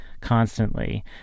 constantly